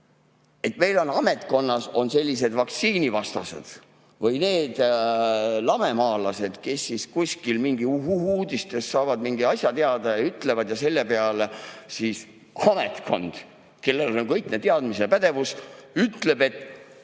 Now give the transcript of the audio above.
Et meil ametkonnas on sellised vaktsiinivastased või lamemaalased, kes mingitest uhuu-uudistest saavad mingi asja teada ja ütlevad seda ja selle peale siis ametkond, kellel on kõik need teadmised ja pädevus, ütleb, et